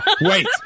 wait